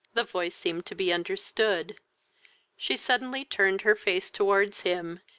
the voice seemed to be understood she suddenly turned her face towards him,